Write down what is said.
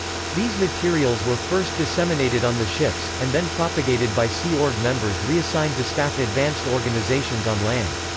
these materials were first disseminated on the ships, and then propagated by sea org members reassigned to staff advanced organizations on land.